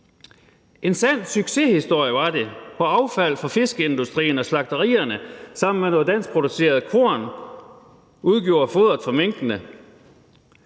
En sand succeshistorie var det, for affald fra fiskeindustrien og slagterierne sammen med noget danskproduceret korn udgjorde foderet for minkene.